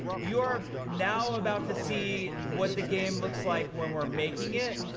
you are now about to see what the game looks like when we're making it,